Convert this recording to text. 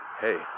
hey